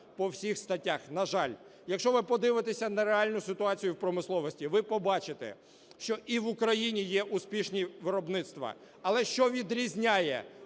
по всіх статтях, на жаль. Якщо ви подивитесь на реальну ситуацію в промисловості, ви побачите, що і в Україні є успішні виробництва. Але що відрізняє